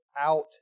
out